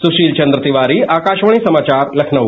सुशील चंद्र तिवारी आकाशवाणी समाचार लखनऊ